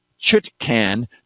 Chutkan